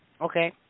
Okay